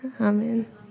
amen